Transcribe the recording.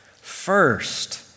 First